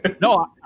No